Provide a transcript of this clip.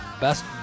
best